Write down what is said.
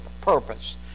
purpose